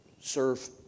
serve